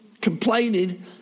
complaining